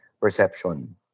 perception